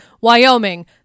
Wyoming